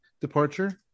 departure